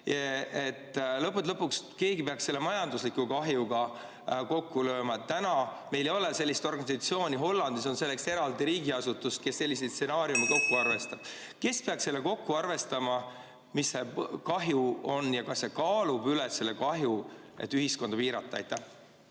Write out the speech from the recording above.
Lõppude lõpuks keegi peaks selle majandusliku kahju kokku lööma. Täna meil ei ole sellist organisatsiooni. Hollandis näiteks on eraldi riigiasutus, kes selliseid stsenaariume analüüsib. Kes peaks kokku arvestama, mis see kahju on ja kas see kaalub üles selle kahju, mida tekitab ühiskonna piiramine?